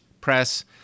press